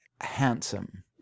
handsome